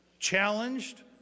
challenged